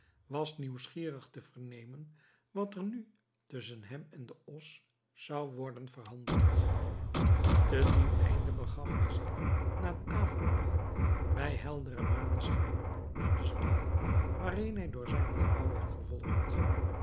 was nieuwsgierig te vernemen wat er nu tusschen hem en den os zou worden verhandeld te dien einde begaf hij zich na het avondmaal bij helderen maneschijn naar den stal waarheen hij door zijne vrouw werd gevolgd